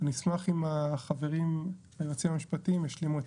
אני אשמח אם היועצים המשפטיים ישלימו את